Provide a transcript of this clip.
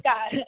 God